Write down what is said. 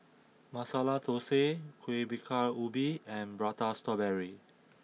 Masala Thosai Kueh Bingka Ubi and Prata Strawberry